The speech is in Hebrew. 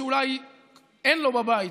שאולי אין לו בבית,